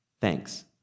thanks